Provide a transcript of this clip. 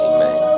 Amen